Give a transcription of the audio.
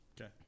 Okay